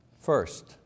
First